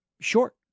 short